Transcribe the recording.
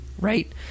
right